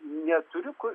neturiu ku